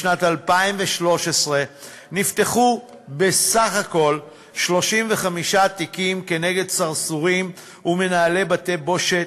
בשנת 2013 נפתחו בסך הכול 35 תיקים נגד סרסורים ומנהלי בתי-בושת,